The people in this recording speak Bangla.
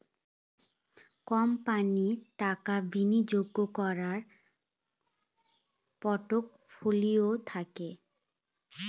কোম্পানির টাকা বিনিয়োগ করার পোর্টফোলিও থাকে